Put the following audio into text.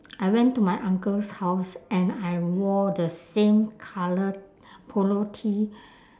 I went to my uncle's house and I wore the same colour polo tee